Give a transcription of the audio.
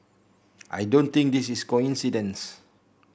I don't think this is a coincidence